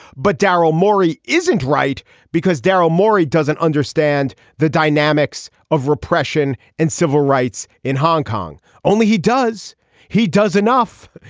but darrel mori isn't right because daryl morey doesn't understand the dynamics of repression and civil rights in hong kong. only he does he does enough.